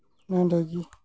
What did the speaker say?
ᱱᱚᱸᱰᱮ ᱜᱮ